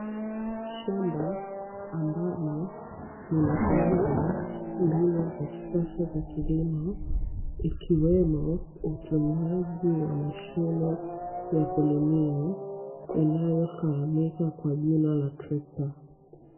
Shamba ambalo linatumia mbinu za kisasa za kilimo, ikiwemo utumiaji wa mashine ya kulimia inayofahamika kwa jina la trekta.